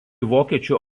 vokiečių